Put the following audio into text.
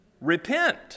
repent